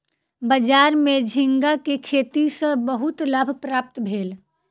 बजार में झींगा के खेती सॅ बहुत लाभ प्राप्त भेल